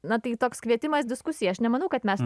na tai toks kvietimas diskusijai aš nemanau kad mes